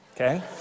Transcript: okay